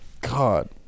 God